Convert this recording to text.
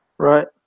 Right